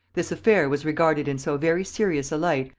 this affair was regarded in so very serious a light,